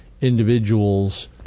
individuals